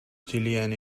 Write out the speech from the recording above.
jillian